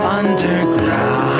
underground